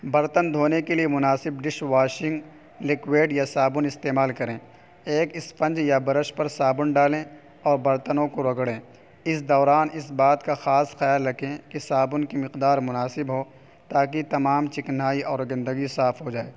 برتن دھونے کے لیے مناسب ڈش واشنگ لکوڈ یا صابن استعمال کریں ایک اسپنج یا برش پر صابن ڈالیں اور برتنوں کو رگڑیں اس دوران اس بات کا خاص خیال رکھیں کہ صابن کی مقدار مناسب ہو تاکہ تمام چکنائی اور گندگی صاف ہو جائے